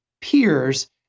peers